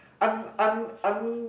un~ un~ un~